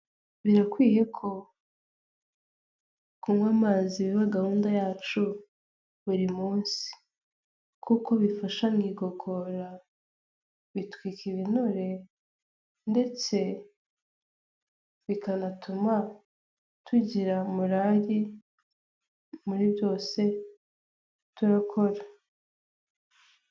Birakwiye ko kunywa amazi biba gahunda yacu buri munsi. Kuko bifasha mu igogora, bitwika ibinure ndetse bikanatuma tugira morari muri byose turi gukora.